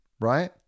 right